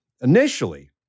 Initially